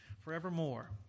forevermore